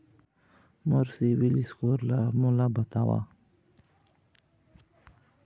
मोर CIBIL score ला मोला बताव?